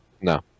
No